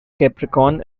capricorn